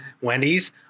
Wendy's